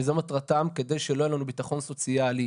וזה מטרתם, כדי שלא יהיה לנו ביטחון סוציאלי.